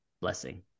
blessing